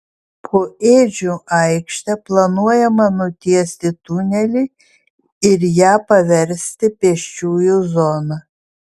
po ėdžių aikšte planuojama nutiesti tunelį ir ją paversti pėsčiųjų zona